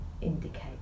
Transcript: indicate